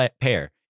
pair